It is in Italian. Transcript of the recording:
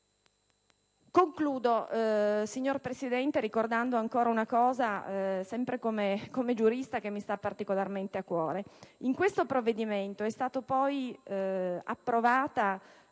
Concludo, signor Presidente, ricordando un altro elemento che, come giurista, mi sta particolarmente a cuore. In questo provvedimento è stata approvata